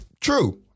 True